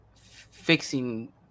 fixing